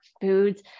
foods